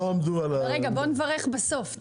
רגע, בואו נברך בסוף.